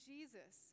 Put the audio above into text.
Jesus